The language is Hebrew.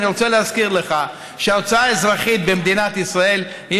אני רוצה להזכיר לך שההוצאה האזרחית במדינת ישראל היא